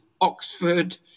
Oxford